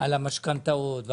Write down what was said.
על משכנתאות.